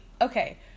Okay